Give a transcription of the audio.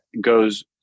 goes